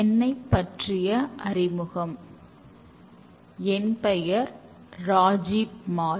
என்னை பற்றிய அறிமுகம் என் பெயர் ராஜீப் மால்